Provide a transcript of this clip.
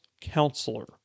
counselor